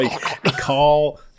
call